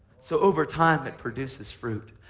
so over time that produces fruit,